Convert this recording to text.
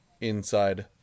inside